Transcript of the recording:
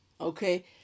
Okay